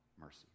mercy